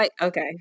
Okay